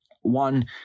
one